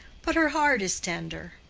but her heart is tender.